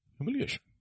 humiliation